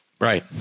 Right